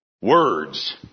words